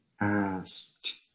asked